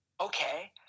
okay